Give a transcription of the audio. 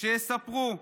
שיספרו,